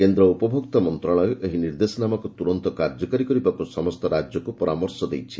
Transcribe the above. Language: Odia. କେନ୍ଦ୍ର ଉପଭେକ୍ତା ମନ୍ତ୍ରଣାଳୟ ଏହି ନିର୍ଦ୍ଦେଶନାମାକୁ ତୁରନ୍ତ କାର୍ଯ୍ୟକାରୀ କରିବାକୁ ସମସ୍ତ ରାଜ୍ୟକୁ ପରାମର୍ଶ ଦେଇଛି